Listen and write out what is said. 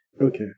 Okay